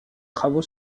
travaux